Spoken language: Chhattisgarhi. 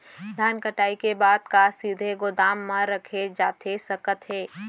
धान कटाई के बाद का सीधे गोदाम मा रखे जाथे सकत हे?